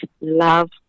Love